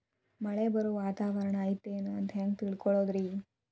ಮಳೆ ಬರುವ ವಾತಾವರಣ ಐತೇನು ಅಂತ ಹೆಂಗ್ ತಿಳುಕೊಳ್ಳೋದು ರಿ?